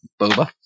boba